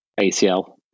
ACL